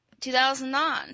2009